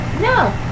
No